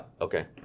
okay